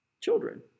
Children